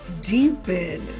deepen